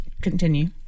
Continue